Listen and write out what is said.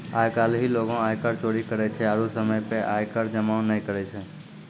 आइ काल्हि लोगें आयकर चोरी करै छै आरु समय पे आय कर जमो नै करै छै